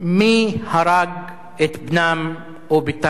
מי הרג את בנם או בתם,